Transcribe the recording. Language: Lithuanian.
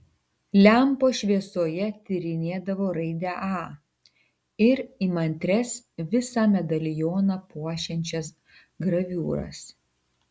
lempos šviesoje tyrinėdavo raidę a ir įmantrias visą medalioną puošiančias graviūras